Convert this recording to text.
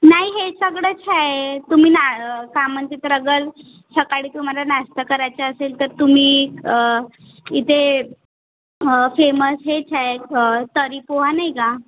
नाही हे सगळंच आहे तुम्ही ना का म्हणते तर गल सकाळी तुम्हाला नाश्ता करायचं असेल तर तुम्ही इथे फेमस हेच आहे तर्रीपोहा नाही का